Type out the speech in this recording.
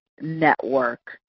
network